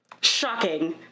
Shocking